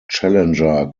challenger